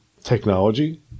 technology